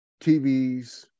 TVs